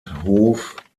hof